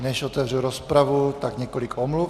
Než otevřu rozpravu, tak několik omluv.